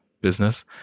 business